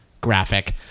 graphic